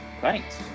thanks